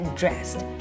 dressed